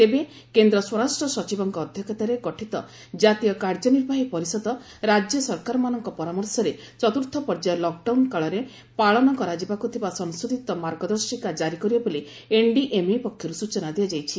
ତେବେ କେନ୍ଦ୍ର ସ୍ୱରାଷ୍ଟ୍ର ସଚିବଙ୍କ ଅଧ୍ୟକ୍ଷତାରେ ଗଠିତ କାତୀୟ କାର୍ଯ୍ୟନିର୍ବାହୀ ପରିଷଦ ରାଜ୍ୟ ସରକାରମାନଙ୍କ ପରାମର୍ଶରେ ଚତୁର୍ଥ ପର୍ଯ୍ୟାୟ ଲକ୍ଡାଉନ୍ କାଳରେ ପାଳନ କରାଯିବାକୁ ଥିବା ସଂଶୋଧିତ ମାର୍ଗଦର୍ଶିକା କାରି କରିବେ ବୋଲି ଏନ୍ଡିଏମ୍ଏ ପକ୍ଷରୁ ସ୍ବଚନା ଦିଆଯାଇଛି